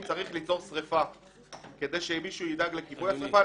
אם צריך ליצור שרפה כדי שמישהו ידאג לכיבוי השריפה,